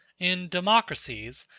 in democracies,